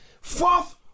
fourth